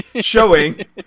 showing